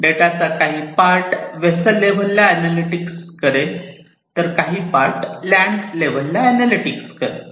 data चा काही part vessel level ला एनालॅटिक्स करेल तर काही पार्ट लँड लेवल ला एनालॅटिक्स करेल